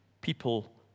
people